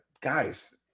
guys